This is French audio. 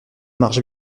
marche